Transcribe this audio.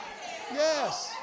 Yes